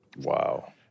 Wow